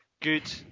Good